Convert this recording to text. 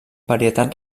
varietat